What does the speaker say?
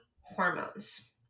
hormones